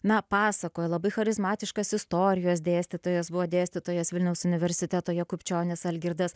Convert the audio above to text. na pasakoja labai charizmatiškas istorijos dėstytojas buvo dėstytojas vilniaus universiteto jakubčionis algirdas